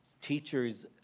teachers